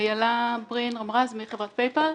אני אילה ברין-רמרז, מחברת PayPal.